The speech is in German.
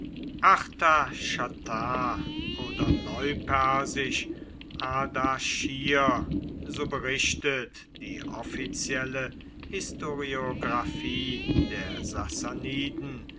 artahschatr oder neupersisch ardaschir so berichtet die offizielle historiographie der